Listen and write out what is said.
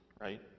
right